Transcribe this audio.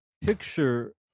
picture